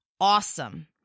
awesome